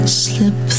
slip